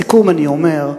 ולכן, לסיכום אני אומר,